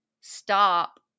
stop